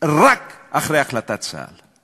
רק אחרי החלטת צה"ל.